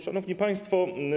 Szanowni Państwo!